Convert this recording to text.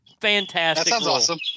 Fantastic